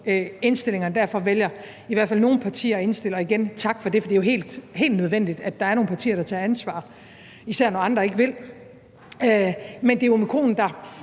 indstillingerne derfra, og derfor vælger i hvert fald nogle partier at følge de indstillinger, og igen: Tak for det. For det er jo helt nødvendigt, at der er nogle partier, der tager ansvar, især når andre ikke vil. Men det er omikron, der